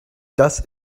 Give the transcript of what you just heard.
das